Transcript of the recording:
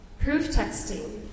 Proof-texting